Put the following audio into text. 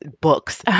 books